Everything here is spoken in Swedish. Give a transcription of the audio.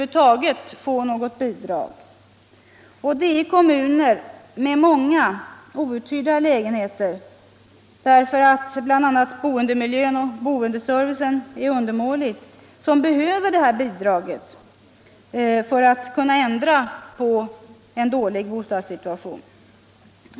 Det är kommuner med många outhyrda lägenheter, därför att bl.a. boendemiljön och servicen är undermålig, som behöver detta bidrag för att kunna ändra på en dålig bostadssituation.